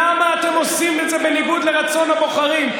למה אתם עושים את זה בניגוד לרצון הבוחרים?